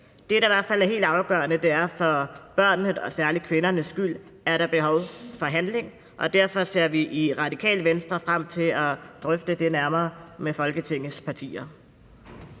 Det, der i hvert fald er helt afgørende, er, at der for børnene og særlig kvindernes skyld er behov for handling, og derfor ser vi i Radikale Venstre frem til at drøfte det nærmere med Folketingets partier.